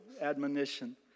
admonition